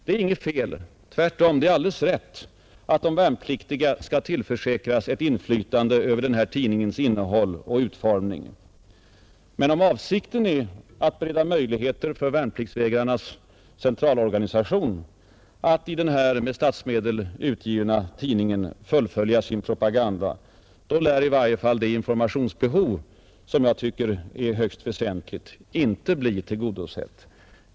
Det är inget fel, det är tvärtom alldeles rätt, att de värnpliktiga skall tillförsäkras ett inflytande över tidningens innehåll och utformning, men om avsikten är att bereda möjligheter för Värnpliktsvägrarnas centralorganisation att i denna med statsmedel utgivna tidning fullfölja sin propaganda lär i varje fall informationsbehovet, som enligt min mening är högst väsentligt, inte bli tillgodosett.